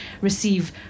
receive